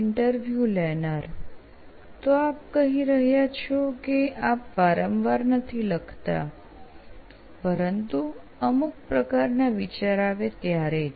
interview લેનાર તો આપ કહી રહ્યા છો કે આપ વારંવાર નથી લખતા પરંતુ અમુક પ્રકારના વિચાર આવે ત્યારે જ